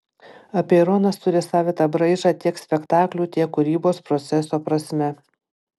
apeironas turi savitą braižą tiek spektaklių tiek kūrybos proceso prasme